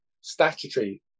statutory